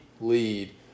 lead